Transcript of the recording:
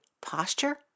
posture